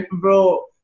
bro